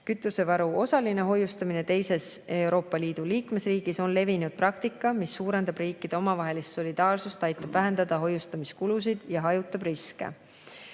Kütusevaru osaline hoiustamine teises Euroopa Liidu liikmesriigis on levinud praktika, mis suurendab riikide omavahelist solidaarsust, aitab vähendada hoiustamiskulusid ja hajutab riske.